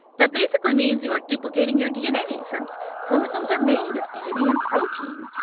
that basically means you're duplicating your dna, since chromosomes are made of dna and protein.